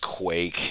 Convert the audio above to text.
quake